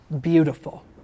beautiful